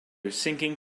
sinking